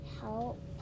help